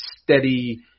steady